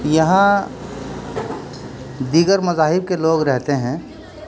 یہاں دیگر مذاہب کے لوگ رہتے ہیں